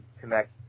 connect